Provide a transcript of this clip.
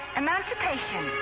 emancipation